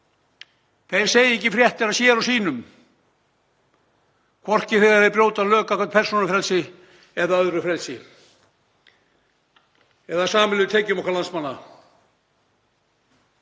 Þeir segja ekki fréttir af sér og sínum, hvorki þegar þeir brjóta lög gagnvart persónufrelsi eða öðru frelsi, eða sameiginlegum tekjum okkar landsmanna.